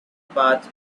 path